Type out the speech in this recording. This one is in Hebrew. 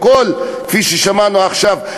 כפי ששמענו עכשיו,